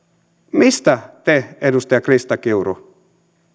mistä te edustaja krista kiuru